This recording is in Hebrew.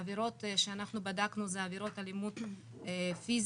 העבירות שבדקנו הן עבירות אלימות פיזית,